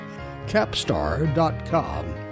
Capstar.com